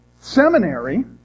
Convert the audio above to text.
Seminary